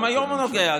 גם היום הוא נוגע.